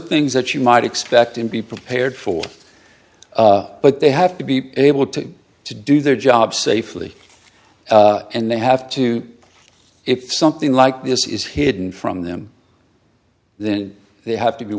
things that you might expect and be prepared for but they have to be able to to do their job safely and they have to if something like this is hidden from them then they have to be